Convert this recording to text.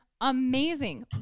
Amazing